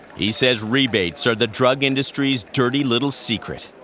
he says rebates are the drug industry's dirty little secret.